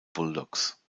bulldogs